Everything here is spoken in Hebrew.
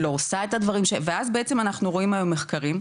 לא עושה את הדברים ש- ואז היום אנחנו רואים מחקרים,